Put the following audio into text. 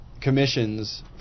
commissions